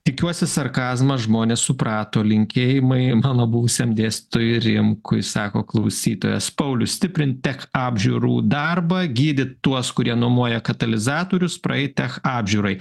tikiuosi sarkazmą žmonės suprato linkėjimai mano buvusiam dėstytojui rimkui sako klausytojas paulius stiprint apžiūrų darbą gydyt tuos kurie nuomoja katalizatorius praeit tech apžiūrai